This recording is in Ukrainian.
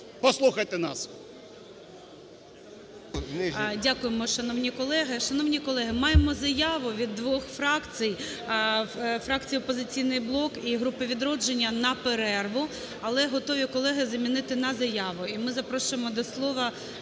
Послухайте нас! ГОЛОВУЮЧИЙ. Дякуємо, шановні колеги. Шановні колеги, маємо заяви від двох фракцій – фракції "Опозиційний блок" і групи "Відродження" – на перерву, але готові колеги замінити на заяву. І ми запрошуємо до слова